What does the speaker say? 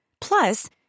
Plus